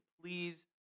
please